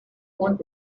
want